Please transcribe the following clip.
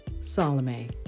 Salome